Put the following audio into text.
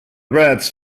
reds